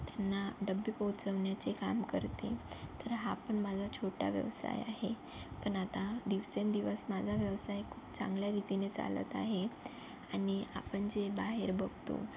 त्यांना डबे पोहोचवण्याचे काम करते तर हा पण माझा छोटा व्यवसाय आहे पण आता दिवसेंदिवस माझा व्यवसाय खूप चांगल्या रीतीने चालत आहे आणि आपण जे बाहेर बघतो